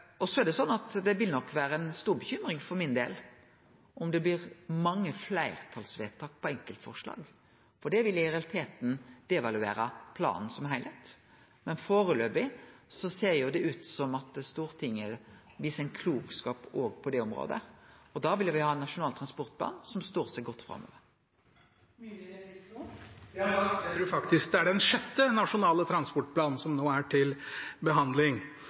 Det vil nok vere ei stor bekymring for min del om det blir mange fleirtalsvedtak på enkeltforslag, for det vil i realiteten devaluere planen som ein heilskap, men foreløpig ser det ut som at Stortinget viser klokskap òg på det området, og da vil me ha ein nasjonal transportplan som står seg godt framover. Jeg tror faktisk det er den sjette nasjonale transportplanen som nå er til behandling.